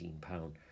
pound